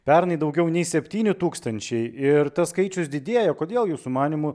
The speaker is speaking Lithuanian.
pernai daugiau nei septyni tūkstančiai ir tas skaičius didėja kodėl jūsų manymu